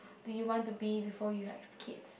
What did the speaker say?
do you want to be before you have kids